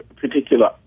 particular